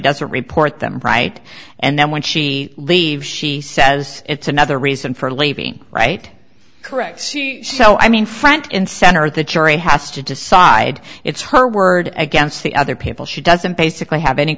doesn't report them right and then when she leaves she says it's another reason for leaving right correct so i mean front and center the jury has to decide it's her word against the other people she doesn't basically have any